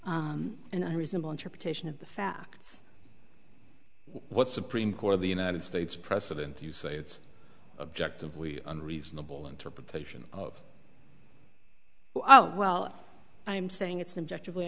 an unreasonable interpretation of the facts what supreme court of the united states precedent you say it's objectively and reasonable interpretation of well i'm saying it's an objective way